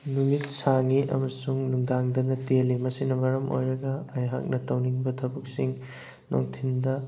ꯅꯨꯃꯤꯠ ꯁꯥꯡꯉꯤ ꯑꯃꯁꯨꯡ ꯅꯨꯡꯗꯥꯡꯗꯅ ꯇꯦꯜꯂꯤ ꯃꯁꯤꯅ ꯃꯔꯝ ꯑꯣꯏꯔꯒ ꯑꯩꯍꯥꯛꯅ ꯇꯧꯅꯤꯡꯕ ꯊꯕꯛꯁꯤꯡ ꯅꯨꯡꯊꯤꯟꯗ